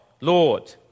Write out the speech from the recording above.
Lord